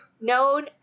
known